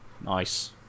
nice